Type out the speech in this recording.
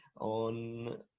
on